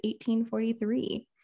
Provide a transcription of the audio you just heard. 1843